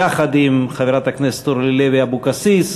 יחד עם חברת הכנסת אורלי לוי אבקסיס,